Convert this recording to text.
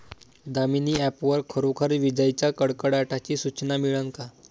Damini app वर खरोखर विजाइच्या कडकडाटाची सूचना मिळन का?